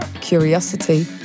Curiosity